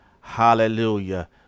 hallelujah